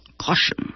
caution